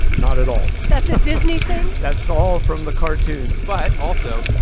not at all that's a disney thing? that's all from the cartoons but, also,